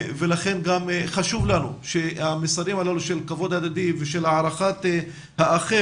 ולכן גם חשוב לנו המסרים הללו של כבוד הדדי ושל הערכת האחר,